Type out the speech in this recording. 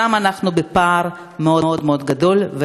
שם אנחנו בפער מאוד מאוד גדול,